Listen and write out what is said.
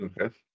Okay